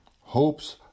Hopes